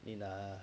in ah